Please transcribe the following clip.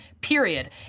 period